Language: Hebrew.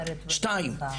שתיים,